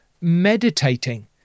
meditating